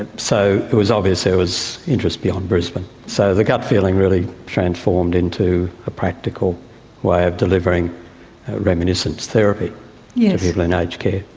ah so it was obvious there was interest beyond brisbane. so the gut feeling really transformed into a practical way of delivering reminiscence therapy to you know people in aged care.